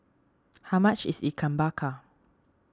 how much is Ikan Bakar